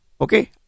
Okay